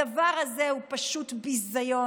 הדבר הזה הוא פשוט ביזיון.